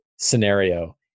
scenario